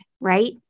right